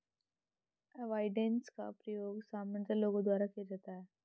avoidance का प्रयोग सामान्यतः लोगों द्वारा किया जाता है